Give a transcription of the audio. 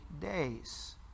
days